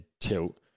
tilt